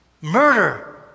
Murder